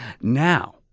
Now